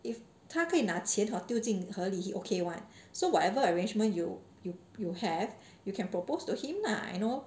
if 他可以拿钱丢进河里 he okay [one] so whatever arrangement you you you have you can propose to him lah you know